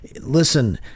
Listen